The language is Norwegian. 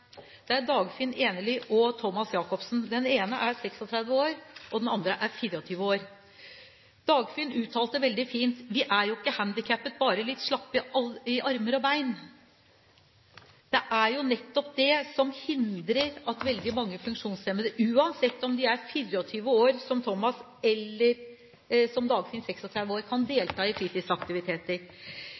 Det er Dagfinn Enerly og Thomas Jacobsen. Den ene er 36 år, og den andre er 24 år. Dagfinn uttalte veldig fint: «Vi er jo ikke handikappet. Bare litt slappe i bein og armer.» Det er jo nettopp det som hindrer at veldig mange funksjonshemmede – enten de er 24 år som Thomas, eller, som Dagfinn, 36 år – kan delta i fritidsaktiviteter.